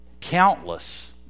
countless